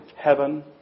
heaven